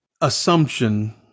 assumption